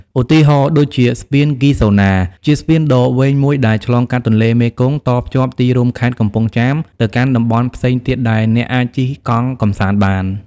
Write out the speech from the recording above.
ឧទាហរណ៍ដូចជា ស្ពានគីហ្សូណា ជាស្ពានដ៏វែងមួយដែលឆ្លងកាត់ទន្លេមេគង្គ តភ្ជាប់ទីរួមខេត្តកំពង់ចាមទៅកាន់តំបន់ផ្សេងទៀតដែលអ្នកអាចជិះកង់កម្សាន្តបាន។